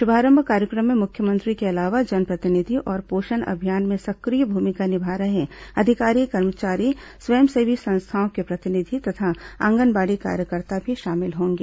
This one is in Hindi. शुभारंभ कार्यक्रम में मुख्यमंत्री के अलावा जनप्रतिनिधि और पोषण अभियान में सक्रिय भूमिका निभा रहे अधिकारी कर्मचारी स्वयंसेवी संस्थाओं के प्रतिनिधि तथा आंगनबाड़ी कार्यकर्ता भी शामिल होंगे